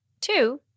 Two